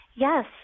Yes